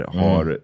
har